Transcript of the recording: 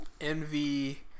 Envy